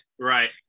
right